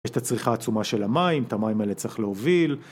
יש את הצריכה העצומה של המים, את המים האלה צריך להוביל.